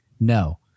no